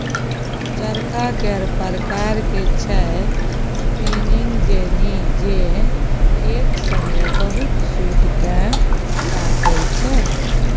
चरखा केर प्रकार छै स्पीनिंग जेनी जे एक संगे बहुत सुत केँ काटय छै